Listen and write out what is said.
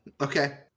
Okay